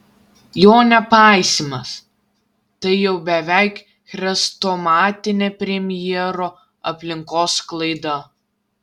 jo nepaisymas tai jau beveik chrestomatinė premjero aplinkos klaida